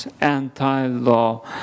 anti-law